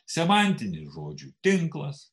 semantinis žodžių tinklas